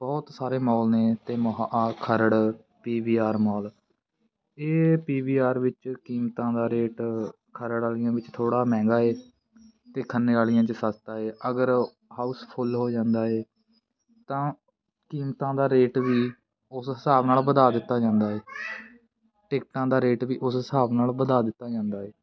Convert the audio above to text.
ਬਹੁਤ ਸਾਰੇ ਮੋਲ ਨੇ ਅਤੇ ਮੋਹਾ Kharar P V R mall ਇਹ ਪੀ ਵੀ ਆਰ ਵਿੱਚ ਕੀਮਤਾਂ ਦਾ ਰੇਟ ਖਰੜ ਵਾਲੀਆਂ ਵਿੱਚ ਥੋੜ੍ਹਾ ਮਹਿੰਗਾ ਏ ਅਤੇ ਖੰਨੇ ਵਾਲੀਆਂ 'ਚ ਸਸਤਾ ਏ ਅਗਰ ਹਾਊਸਫੁੱਲ ਹੋ ਜਾਂਦਾ ਏ ਤਾਂ ਕੀਮਤਾਂ ਦਾ ਰੇਟ ਵੀ ਉਸ ਹਿਸਾਬ ਨਾਲ ਵਧਾ ਦਿੱਤਾ ਜਾਂਦਾ ਏ ਟਿਕਟਾਂ ਦਾ ਰੇਟ ਵੀ ਉਸ ਹਿਸਾਬ ਨਾਲ ਵਧਾ ਦਿੱਤਾ ਜਾਂਦਾ ਏ